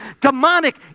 demonic